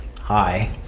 hi